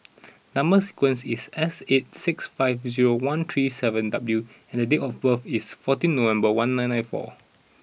number sequence is S eight six five zero one three seven W and date of birth is fourteen November one nine nine four